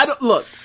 look